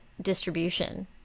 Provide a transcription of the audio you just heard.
distribution